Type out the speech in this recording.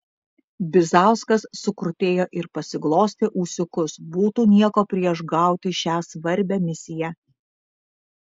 bizauskas sukrutėjo ir pasiglostė ūsiukus būtų nieko prieš gauti šią svarbią misiją